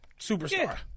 superstar